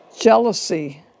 Jealousy